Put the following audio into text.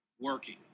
working